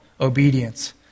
obedience